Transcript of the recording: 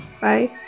Bye